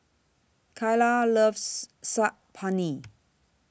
Kaylah loves Saag Paneer